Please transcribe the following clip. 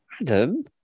Adam